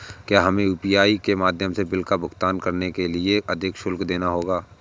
क्या हमें यू.पी.आई के माध्यम से बिल का भुगतान करने के लिए अधिक शुल्क देना होगा?